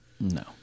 No